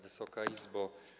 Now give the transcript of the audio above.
Wysoka Izbo!